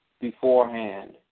beforehand